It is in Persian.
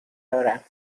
دارم